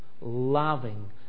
loving